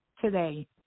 today